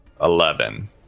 Eleven